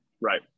Right